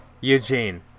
Eugene